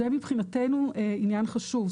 זה מבחינתנו עניין חשוב.